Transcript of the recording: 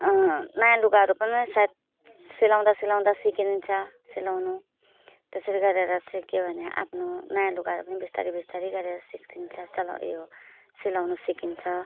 नयाँ लुगाहरू पनि सायद सिलाउँदा सिलाउँदा सिकिन्छ सिलाउनु त्यसै गरेर सिक्यो भने आफ्नो नयाँ लुगाहरू पनि बिस्तारै बिस्तारै गरेर सिकिन्छ चलाउनु उयो सिलाउनु सिकिन्छ